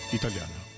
italiana